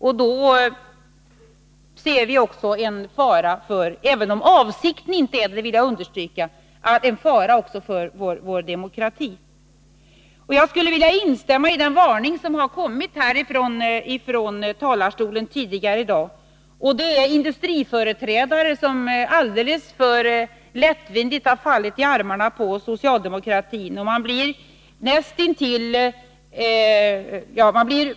Och då ser vi en fara — även om det inte är avsikten; det vill jag understryka — också för vår demokrati. Jag skulle vilja instämma i den varning som kommit från talarstolen tidigare i dag beträffande de industriföreträdare som alldeles för lättvindigt har fallit i armarna på socialdemokratin.